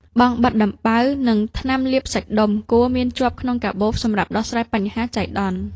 បង់បិទដំបៅ និងថ្នាំលាបសាច់ដុំ គួរមានជាប់ក្នុងកាបូបសម្រាប់ដោះស្រាយបញ្ហាចៃដន្យ។